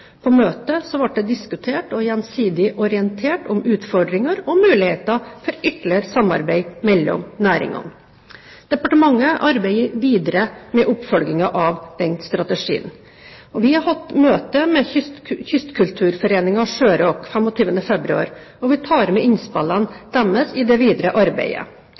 På møtet ble det diskutert og gjensidig orientert om utfordringer og muligheter for ytterligere samarbeid mellom næringene. Departementet arbeider videre med oppfølgingen av denne strategien. Vi hadde møte med Kystkulturforeningen Sjøråk 25. februar, og vi tar med innspillene deres i det videre arbeidet.